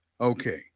Okay